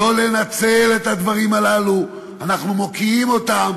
לא לנצל את הדברים הללו, אנחנו מוקיעים אותם,